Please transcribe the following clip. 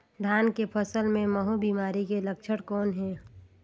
धान के फसल मे महू बिमारी के लक्षण कौन हे?